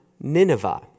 Nineveh